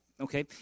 okay